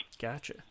Gotcha